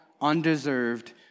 undeserved